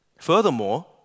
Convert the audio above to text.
Furthermore